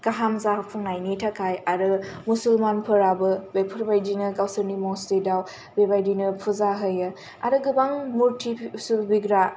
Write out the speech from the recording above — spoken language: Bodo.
गाहाम जाफुंनायनि थाखाय आरो मुसलमान फोराबो बेफोरबादिनो गावसोरनि मस्जिद आव बेबादिनो फुजा होयो आरो गोबां मुर्टि फु सिबिग्रा